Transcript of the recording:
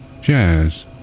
jazz